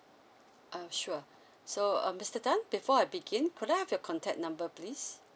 err sure so uh mister tan before I begin could I have your contact number please